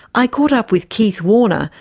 i caught up with keith warner,